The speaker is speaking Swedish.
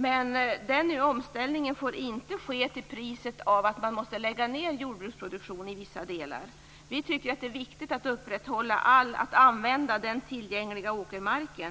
Men den omställningen får inte ske till priset av att man måste lägga ned jordbruksproduktion i vissa delar av unionen. Vi tycker att det är viktigt att man använder den tillgängliga